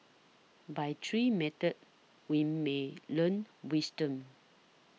by three methods we may learn wisdom